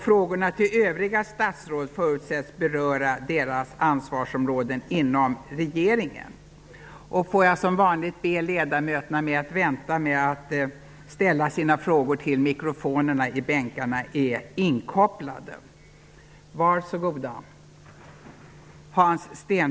Frågorna till övriga statsråd förutsätts beröra deras ansvarsområden inom regeringen.